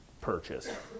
purchase